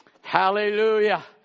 Hallelujah